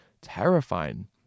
terrifying